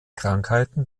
krankheiten